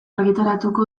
argitaratuko